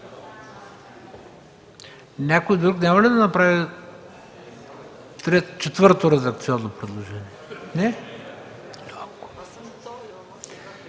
няма ли да направи четвърто редакционно предложение? А